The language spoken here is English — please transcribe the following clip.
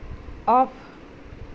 off